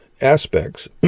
aspects